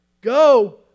Go